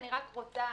אני רק רוצה